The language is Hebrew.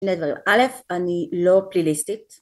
אלף אני לא פליליסטית